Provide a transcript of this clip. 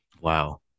Wow